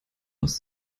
aus